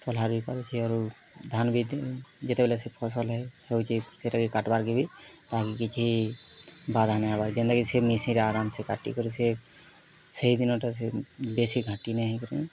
ପଲ୍ହା ରୁଈ ପାରୁଛି ଆରୁ ଧାନ୍ ବି ଯେତେବେଲେ ସେ ଫସଲ୍ ହୋ ହୋଉଛି ସେଟାକେ କାଟବାର୍ କେ ବି କାହାକେ କିଛି ବାଧା ନେଇ ହେବାର୍ ଯେଣ୍ଟାକି ସେ ମେସିନ୍ରେ ଆରମ୍ସେ କଟିକରି ସେ ସେଇ ଦିନଟା ସେ ବେଶୀ ଘାଟି ନାଇଁ ହେଇ କରି